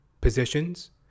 positions